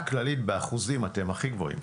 אבל ברמה הכללית, באחוזים אתם הכי גבוהים.